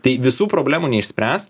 tai visų problemų neišspręs